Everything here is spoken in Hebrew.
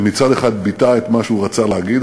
שמצד אחד ביטאה את מה שהוא רצה להגיד,